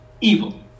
evil